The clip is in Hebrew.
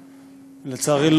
לצערי,